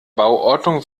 bauordnung